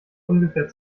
ungefähr